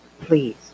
Please